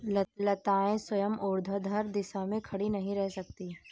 लताएं स्वयं ऊर्ध्वाधर दिशा में खड़ी नहीं रह सकती